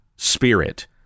Spirit